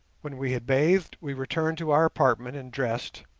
when we had bathed, we returned to our apartment and dressed,